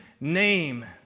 name